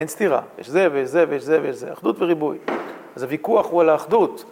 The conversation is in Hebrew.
אין סתירה, יש זה ויש זה ויש זה ויש זה, אחדות וריבוי, אז הוויכוח הוא על האחדות.